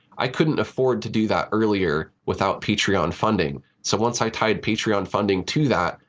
i couldn't afford to do that earlier without patreon funding. so once i tied patreon funding to that,